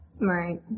Right